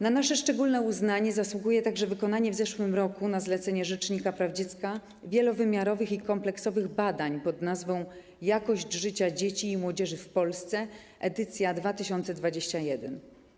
Na nasze szczególne uznanie zasługuje także wykonanie w zeszłym roku na zlecenie rzecznika praw dziecka wielowymiarowych i kompleksowych badań pn. ˝Jakość życia dzieci i młodzieży w Polsce - edycja 2021˝